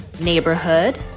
neighborhood